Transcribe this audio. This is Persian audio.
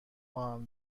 خواهم